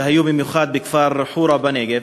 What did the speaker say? שהיו במיוחד בכפר חורה בנגב,